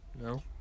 No